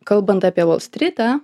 kalbant apie volstrytą